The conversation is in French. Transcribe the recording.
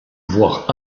voir